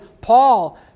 Paul